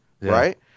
right